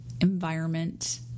environment